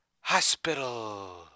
hospital